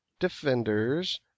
Defenders